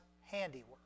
handiwork